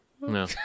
No